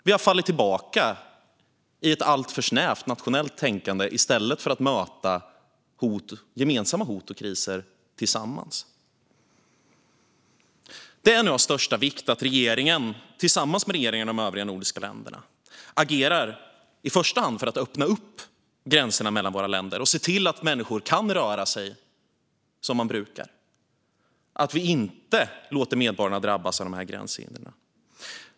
Vi har fallit tillbaka i ett alltför snävt nationellt tänkande i stället för att möta gemensamma hot och kriser tillsammans. Det är nu av största vikt att Sveriges regering tillsammans med regeringarna i de övriga nordiska länderna i första hand agerar för att öppna upp gränserna mellan våra länder och se till att människor kan röra sig som de brukar, så att vi inte låter medborgarna drabbas av gränshindren.